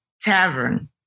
Tavern